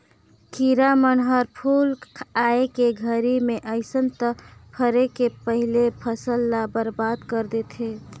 किरा मन हर फूल आए के घरी मे अइस त फरे के पहिले फसल ल बरबाद कर देथे